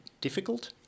difficult